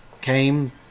came